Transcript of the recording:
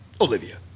olivia